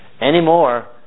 Anymore